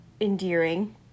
endearing